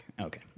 okay